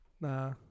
nah